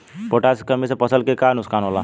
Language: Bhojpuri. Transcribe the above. पोटाश के कमी से फसल के का नुकसान होला?